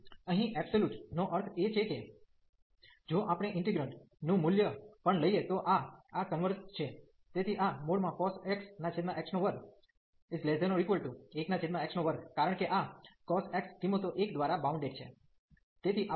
તેથી અહીં એબ્સોલ્યુટ નો અર્થ એ છે કે જો આપણે ઇન્ટિગન્ટ નું મૂલ્ય પણ લઈએ તો આ આ કન્વર્ઝ છે તેથી આ cos x x21x2 કારણ કે આ cos x કિંમતો 1 દ્વારા બાઉન્ડેડ છે